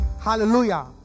Hallelujah